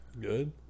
Good